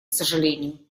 сожалению